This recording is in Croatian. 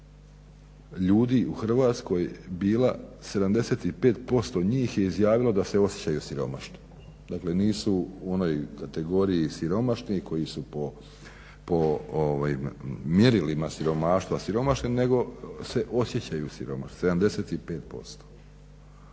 ljudi u Hrvatskoj bila 75% njih je izjavilo da se osjećaju siromašno. Dakle nisu u onoj kategoriji siromašnih koji su po mjerilima siromaštva siromašni nego se osjećaju siromašni, 75%.